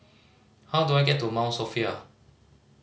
how do I get to Mount Sophia